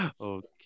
Okay